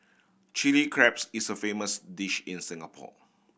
chilli crabs is a famous dish in Singapore